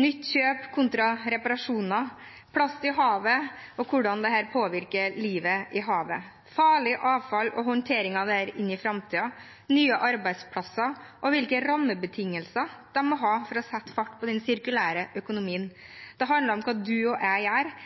nytt kjøp kontra reparasjoner, plast i havet og hvordan dette påvirker livet i havet, farlig avfall og håndtering av dette inn i framtiden, nye arbeidsplasser og hvilke rammebetingelser de må ha for å sette fart på den sirkulære økonomien. Det handler om hva du og jeg